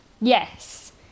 Yes